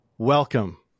welcome